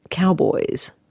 cowboys.